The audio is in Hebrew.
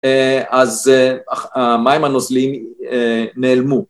‫אז המים הנוזלים נעלמו.